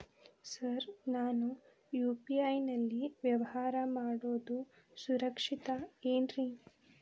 Sir ನಾನು UPI ನಲ್ಲಿ ವ್ಯವಹಾರ ಮಾಡೋದು ಸುರಕ್ಷಿತ ಏನ್ರಿ?